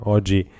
Oggi